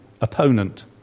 opponent